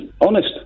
Honest